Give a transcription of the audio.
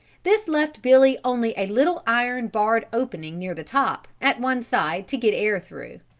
this left billy only a little iron barred opening near the top, at one side, to get air through.